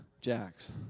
Jax